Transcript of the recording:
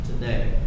today